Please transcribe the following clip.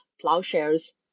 plowshares